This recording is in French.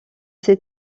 ses